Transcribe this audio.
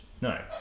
No